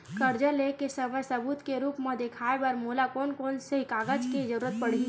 कर्जा ले के समय सबूत के रूप मा देखाय बर मोला कोन कोन से कागज के जरुरत पड़ही?